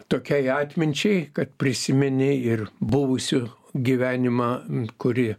tokiai atminčiai kad prisimeni ir buvusių gyvenimą kurie